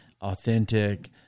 authentic